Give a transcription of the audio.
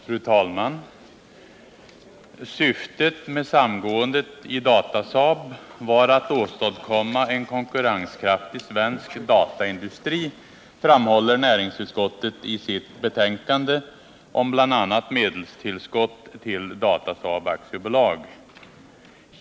Fru talman! Syftet med samgåendet i Datasaab var att åstadkomma en konkurrenskraftig svensk dataindustri, framhåller näringsutskottet i sitt betänkande om bl.a. medelstillskott till Datasaab AB.